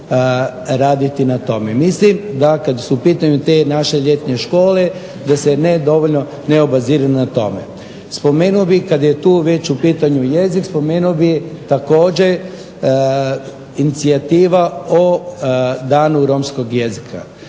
raditi na tome. Mislim da kad su u pitanju te naše ljetne škole da se ne dovoljno ne obazire na to. Spomenuo bih kad je tu već u pitanju jezik, spomenuo bih također inicijativu o Danu romskog jezika.